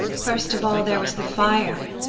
first of all there was the fire